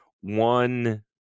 One